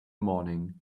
morning